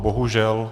Bohužel.